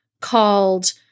called